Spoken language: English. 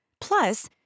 Plus